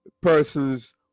persons